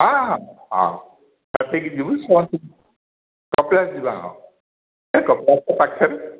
ହଁ ହଁ ହଁ ଦେଖି କି ଯିବୁ ସେ ଅ କପିଳାସ ଯିବା ହଁ କପିଳାସ ତ ପାଖରେ